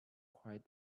quite